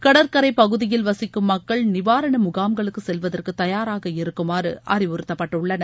கடற்கரை பகுதியில் வசிக்கும் மக்கள் நிவாரண முகாம்களுக்குச் செல்வதற்கு தயாராக இருக்குமாறு அறிவுறுத்தப்பட்டுள்ளனர்